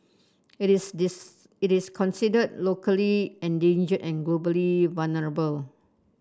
it is this it is considered locally endangered and globally vulnerable